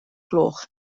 gloch